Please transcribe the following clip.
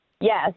Yes